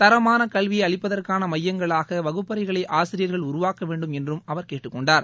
தரமான கல்வியை அளிப்பதற்கான மையங்களாக வகுப்பறைகளை ஆசிரியர்கள் உருவாக்கவேண்டும் என்றும் அவர் கேட்டுக்கொண்டார்